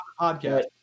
podcast